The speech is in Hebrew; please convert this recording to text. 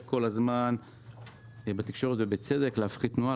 כל הזמן בתקשורת ובצדק להפחית תנועה,